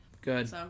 Good